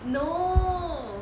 no